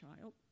child